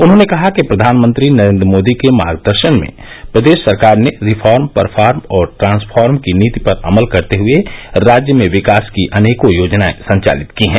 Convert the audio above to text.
उन्होंने कहा कि प्रधानमंत्री नरेन्द्र मोदी के मार्गदर्शन में प्रदेश सरकार ने रिफॉर्म परफॉर्म और ट्रांसफार्म की नीति पर अमल करते हुये राज्य में विकास की अनेकों योजनाएं संचालित की हैं